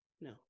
no